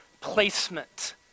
placement